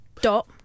dot